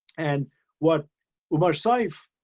and what omar saif,